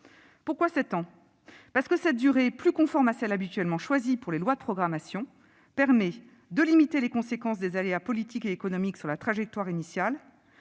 Pourquoi sept ans ? Parce que cette durée, plus conforme à celle qui est habituellement choisie pour les lois de programmation, permet de limiter les conséquences des aléas politiques et économiques sur la trajectoire initiale,